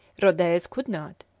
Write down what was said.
rhodez could not,